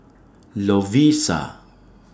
Lovisa